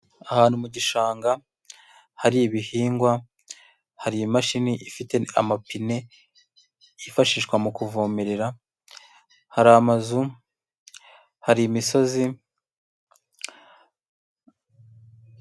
Ahantu mu gishanga hari ibihingwa, hari imashini ifite amapine yifashishwa mu kuvomerera, hari amazu, hari imisozi.